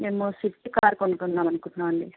మేము Swift car కొనుక్కుందాం అనుకుంటున్నామండి